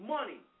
Money